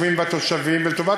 ויותר מזה,